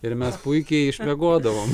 ir mes puikiai išmiegodavom